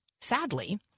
sadly